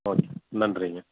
ஓகேங்க நன்றிங்க